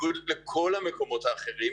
בניגוד לכל המקומות האחרים,